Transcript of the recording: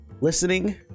listening